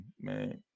man